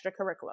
extracurricular